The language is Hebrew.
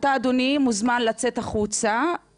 אתה תעצור --- הם לא עובדים אצלך והם לא עובדים אצל אף אחד מכם.